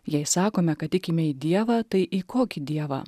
jei sakome kad tikime į dievą tai į kokį dievą